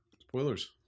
Spoilers